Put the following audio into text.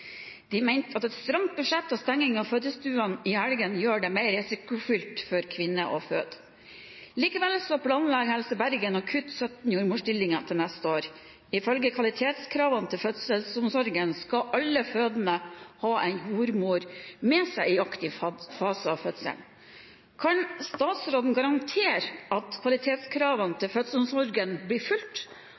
De mente at et stramt budsjett og stenging av fødestuene i helgene gjør det mer risikofylt for kvinner å føde. Likevel planlegger Helse Bergen å kutte 17 jordmorstillinger til neste år. Ifølge kvalitetskravene til fødselsomsorgen skal alle fødende ha en jordmor med seg i aktiv fase av fødselen. Kan statsråden garantere at kvalitetskravene til fødselsomsorgen blir fulgt,